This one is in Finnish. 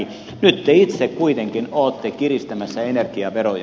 nyt te itse kuitenkin olette kiristämässä energiaveroja